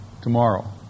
Tomorrow